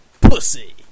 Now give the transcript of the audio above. pussy